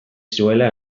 zuela